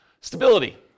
Stability